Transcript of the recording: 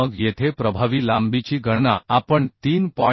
मग येथे प्रभावी लांबीची गणना आपण 3